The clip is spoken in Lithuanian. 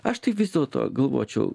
aš tai vis dėlto galvočiau